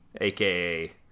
aka